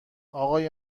آقای